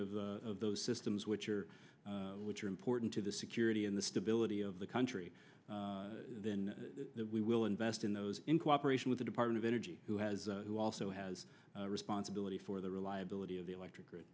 of those systems which are which are important to the security in the stability of the country then we will invest in those in cooperation with the department of energy who has who also has responsibility for the reliability of the electric gr